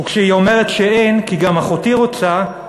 וכשהיא אומרת שאין כי גם אחותי רוצה,